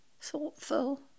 thoughtful